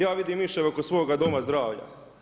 Ja vidim miševe oko svoga doma zdravlja.